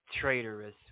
Traitorous